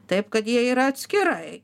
taip kad jie yra atskirai